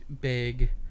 big